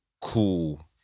cool